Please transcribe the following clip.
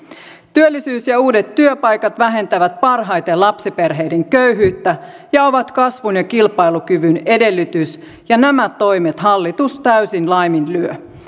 työllisyys ja uudet työpaikat vähentävät parhaiten lapsiperheiden köyhyyttä ja ovat kasvun ja kilpailukyvyn edellytys ja nämä toimet hallitus täysin laiminlyö